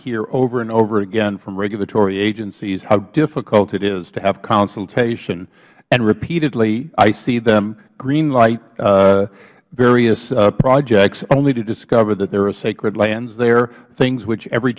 hear over and over again from regulatory agencies how difficult it is to have consultation and repeatedly i see them green light various projects only to discover that there are sacred lands there things which every